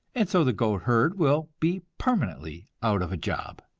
and so the goat-herd will be permanently out of a job,